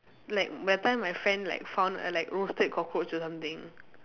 like that time my friend like found a like roasted cockroach or something